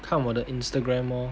看我的 Instagram lor